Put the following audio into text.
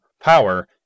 power